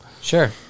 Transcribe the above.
Sure